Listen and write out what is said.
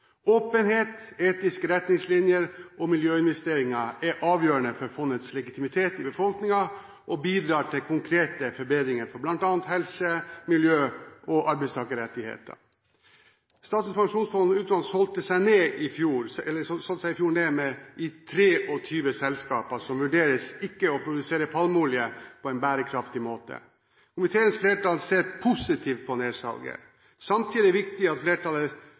Åpenhet, etiske retningslinjer og miljøinvesteringer er avgjørende for fondets legitimitet i befolkningen og bidrar til konkrete forbedringer for bl.a. helse, miljø og arbeidstakerrettigheter. Statens pensjonsfond utland solgte seg i fjor ned i 23 selskaper som blir vurdert til ikke å produsere palmeolje på en bærekraftig måte. Komiteens flertall ser positivt på nedsalget. Samtidig er det viktig at flertallet